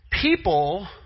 People